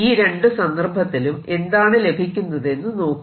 ഈ രണ്ടു സന്ദർഭത്തിലും എന്താണ് ലഭിക്കുന്നതെന്ന് നോക്കൂ